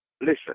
Listen